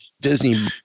disney